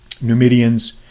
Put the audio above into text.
Numidians